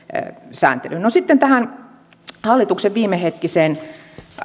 sääntelyyn no sitten tähän hallituksen viimehetkiseen